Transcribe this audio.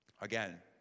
again